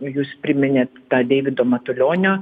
jūs priminėt tą deivido matulionio